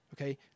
Okay